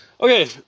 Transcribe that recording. Okay